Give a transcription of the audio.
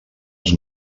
els